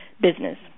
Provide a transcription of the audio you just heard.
business